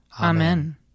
Amen